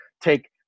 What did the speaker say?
take